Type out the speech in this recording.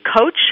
coach